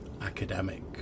academic